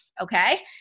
Okay